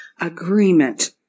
Agreement